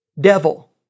devil